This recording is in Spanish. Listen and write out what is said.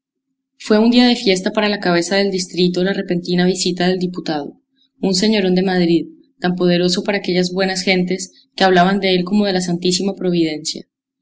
fue un día de fiesta para la cabeza del distrito la repentina visita del diputado un señorón de madrid tan poderoso para aquellas buenas gentes que hablaban de él como de la santísima providencia